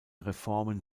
reformen